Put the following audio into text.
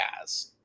guys